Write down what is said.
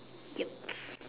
yup